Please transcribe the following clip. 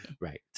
Right